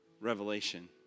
revelation